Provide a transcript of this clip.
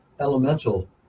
elemental